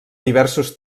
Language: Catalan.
diversos